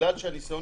בגלל שהניסיון